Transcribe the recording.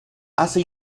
hace